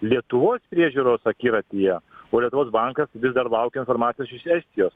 lietuvos priežiūros akiratyje o lietuvos bankas vis dar laukia informacijos iš estijos